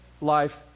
Life